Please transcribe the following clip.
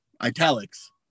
italics